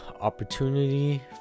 opportunity